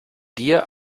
dir